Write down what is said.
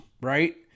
Right